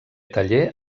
taller